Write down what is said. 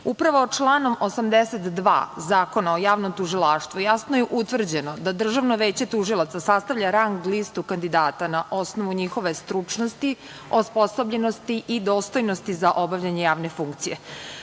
članom 82. Zakona o javnom tužilaštvu jasno je utvrđeno da Državno veće tužilaca sastavlja rang listu kandidata na osnovu njihove stručnosti, osposobljenosti i dostojnosti za obavljanje javne funkcije.